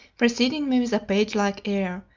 preceding me with a page-like air,